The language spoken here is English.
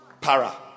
para